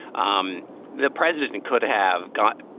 um the president and could have gotten,